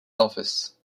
office